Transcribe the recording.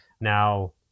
Now